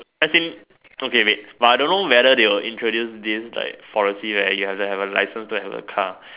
as in okay wait but I don't know whether they will introduce this like policy where you have to have a license to have a car